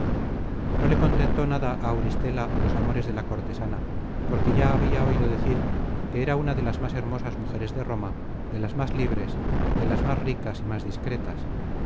no le contentó nada á auristela los amores de la cortesana porque ya habia oido decir que era una de las más hermosas mujeres de roma de las más libres de las más ricas y más discretas